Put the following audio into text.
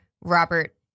Robert